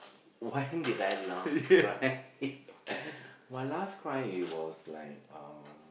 when did I last cry my last cry it was like um